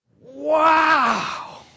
wow